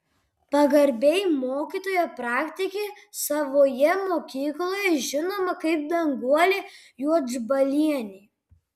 pagarbiai mokytoja praktikė savoje mokykloje žinoma kaip danguolė juodžbalienė